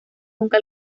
nunca